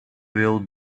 will